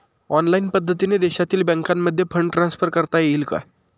Online पद्धतीने देशातील बँकांमध्ये फंड ट्रान्सफर करता येईल का?